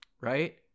right